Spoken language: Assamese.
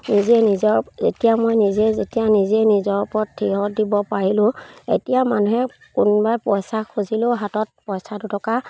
নিজে নিজৰ যেতিয়া মই নিজে যেতিয়া নিজেই নিজৰ ওপৰত থিয় দিব পাৰিলোঁ এতিয়া মানুহে কোনোবাই পইচা খুজিলেও হাতত পইচা দুটকা